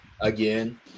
Again